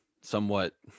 somewhat